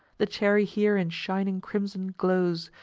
the cherry here in shining crimson glows,